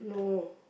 no